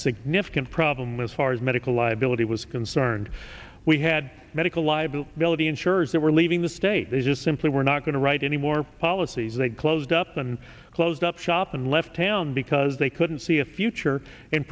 significant problem with far as medical liability was concerned we had medical liability insurers that were leaving the state they just simply were not going to write any more policies they closed up and closed up shop and left town because they couldn't see a future